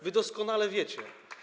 Wy doskonale wiecie.